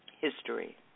history